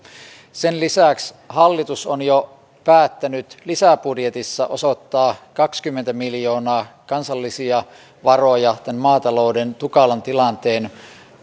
sen lisäksi hallitus on jo päättänyt lisäbudjetissa osoittaa kaksikymmentä miljoonaa kansallisia varoja maatalouden tukalan tilanteen